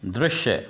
दृश्य